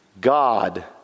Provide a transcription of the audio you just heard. God